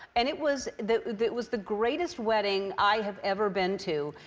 and it was the was the greatest wedding i have ever been to.